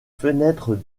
fenêtre